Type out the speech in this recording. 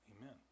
Amen